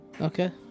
Okay